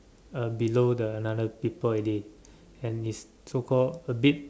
uh below the another people already and it's so called a bit